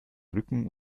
rücken